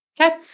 Okay